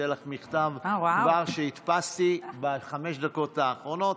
אתן לך מכתב שכבר הדפסתי בחמש הדקות האחרונות.